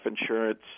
insurance